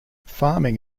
farming